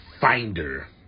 finder